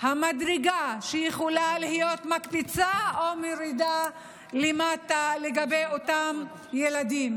מדרגה שיכולה להיות מקפצה או מורידה למטה לגבי אותם ילדים.